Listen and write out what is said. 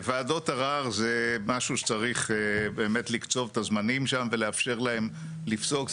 ועדות ערר זה משהו שצריך באמת לקצוב את הזמנים שם ולאפשר להם לפסוק.